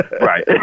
Right